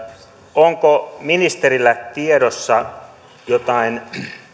onko ministerillä tiedossa jotain